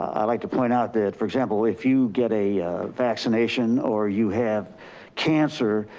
i like to point out that, for example, if you get a vaccination or you have cancer,